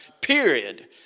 period